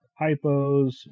hypos